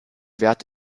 wert